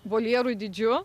voljerų dydžiu